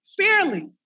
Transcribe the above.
fairly